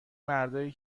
مردایی